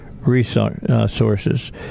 resources